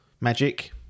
Magic